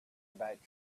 about